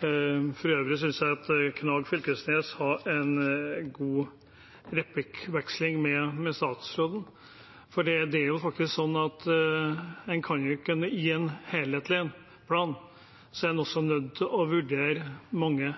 For øvrig syns jeg representanten Knag Fylkesnes hadde en god replikkveksling med statsråden. Det er jo faktisk sånn at i en helhetlig plan er en også nødt til å vurdere mange